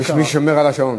יש מי ששומר על השעון.